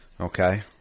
Okay